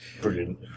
Brilliant